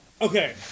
Okay